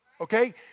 okay